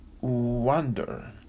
wonder